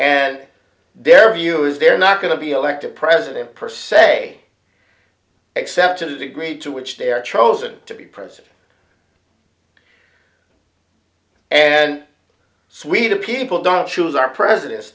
and their view is they're not going to be elected president per se except to the degree to which they're chosen to be president and swedish people don't choose our president